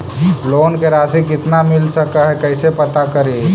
Loan के रासि कितना मिल सक है कैसे पता करी?